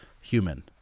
human